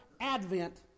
Advent